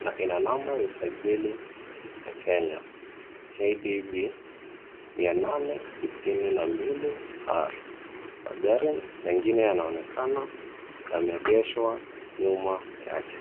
na ina namba ya usajili ya Kenya KDB862R,magari mengine yanaonekana yameegeshwa nyuma yake.